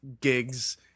gigs